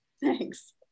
Thanks